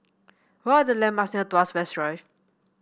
what are the landmarks near Tuas West Drive